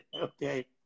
Okay